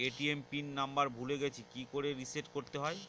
ATM pin number ভুলে গেছি কি করে রিসেট করতে হয়?